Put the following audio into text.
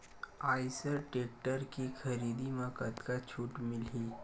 Eicher tractor के खरीदी म कतका छूट मिलही?